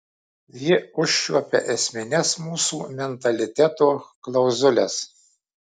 ji užčiuopia esmines mūsų mentaliteto klauzules